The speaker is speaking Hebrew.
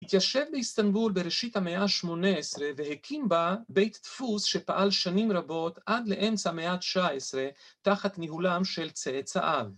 התיישב באיסטנבול בראשית המאה ה-18 והקים בה בית דפוס שפעל שנים רבות עד לאמצע המאה ה-19 תחת ניהולם של צאצאיו.